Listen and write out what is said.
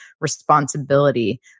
responsibility